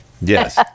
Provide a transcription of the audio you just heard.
Yes